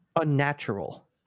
unnatural